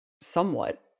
somewhat